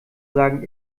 sagen